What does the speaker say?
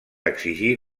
exigir